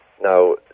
Now